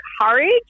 courage